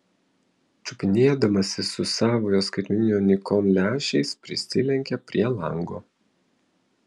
čiupinėdamasis su savojo skaitmeninio nikon lęšiais prisilenkė prie lango